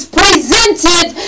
presented